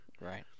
Right